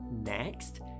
Next